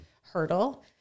hurdle